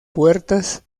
puertas